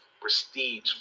prestige